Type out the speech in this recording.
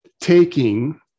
taking